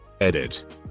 Edit